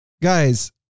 Guys